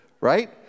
right